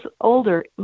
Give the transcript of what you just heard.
older